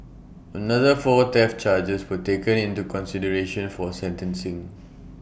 another four theft charges were taken into consideration for sentencing